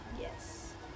Yes